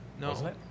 No